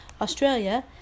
Australia